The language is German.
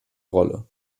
rolle